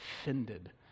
offended